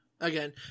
Again